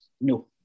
no